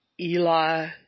Eli